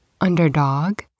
underdog